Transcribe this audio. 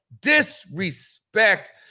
disrespect